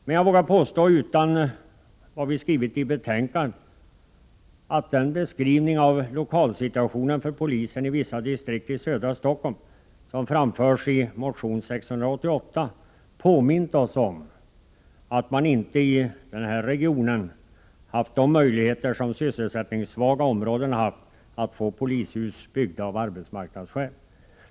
Men jag vågar påstå, vid sidan av vad vi skrivit i betänkandet, att den beskrivning av lokalsituationen för polisen i vissa distrikt i södra Stockholm som framförs i motion 688 påmint oss om att man inte i den regionen haft de möjligheter som sysselsättningssvaga områden haft att få polishus byggda av arbetsmarknadsskäl.